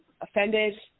offended